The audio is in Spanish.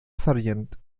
sargent